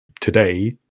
today